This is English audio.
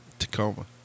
Tacoma